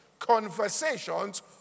conversations